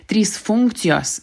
trys funkcijos